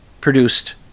produced